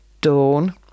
Dawn